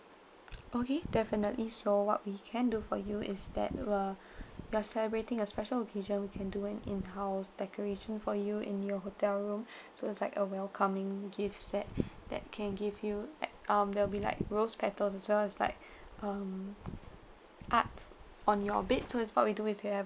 okay definitely so what we can do for you is that we'll you're celebrating a special occasion we can do an in house decoration for you in your hotel room so it's like a welcoming gift set that can give you at um there'll be like rose petals as well as like um art on your bed so is what we'll do is we have